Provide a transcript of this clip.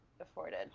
afforded